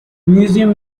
museum